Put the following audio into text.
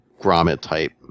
grommet-type